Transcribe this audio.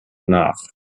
nach